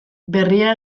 berria